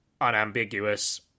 unambiguous